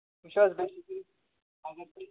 وٕچھ حظ